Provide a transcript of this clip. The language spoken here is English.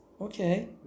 Okay